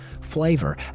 flavor